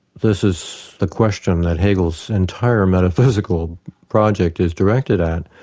this is a question that hegel's entire metaphysical project is directed at.